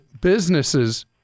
businesses